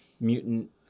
mutant